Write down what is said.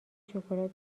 شکلات